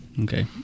Okay